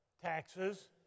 taxes